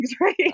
right